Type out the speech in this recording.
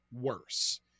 worse